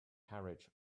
carriage